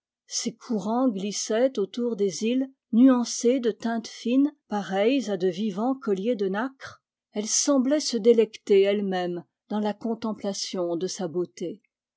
ses courants glissaient autour des îles nuancés de teintes fines pareils à de vivants colliers de nacre elle semblait se délecter elle-même dans la contemplation de sa beauté